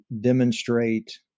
demonstrate